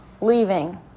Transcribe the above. leaving